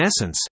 essence